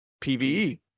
PVE